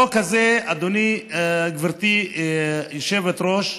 החוק הזה, גברתי היושבת-ראש,